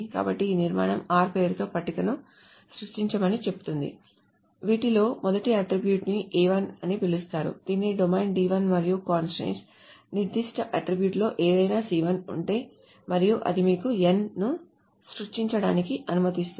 కాబట్టి ఈ నిర్మాణం r పేరుతో పట్టికను సృష్టించమని చెబుతుంది వీటిలో మొదటి అట్ట్రిబ్యూట్ ని A1 అని పిలుస్తారు దీని డొమైన్ D1 మరియు కంస్ట్రయిన్ట్స్ నిర్దిష్ట అట్ట్రిబ్యూట్ లో ఏదైనా C1 ఉంటే మరియు అది మీకు n ను సృష్టించడానికి అనుమతిస్తుంది